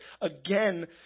again